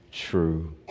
true